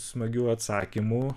smagių atsakymų